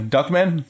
Duckman